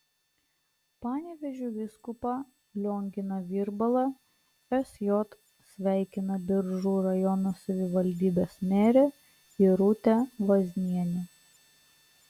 panevėžio vyskupą lionginą virbalą sj sveikina biržų rajono savivaldybės merė irutė vaznienė